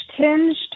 tinged